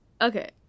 okay